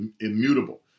immutable